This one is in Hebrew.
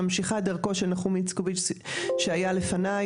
אני ממשיכה את דרכו של נחום איצקוביץ שהיה לפני,